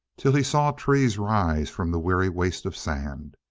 till he saw trees rise from the weary waste of sand.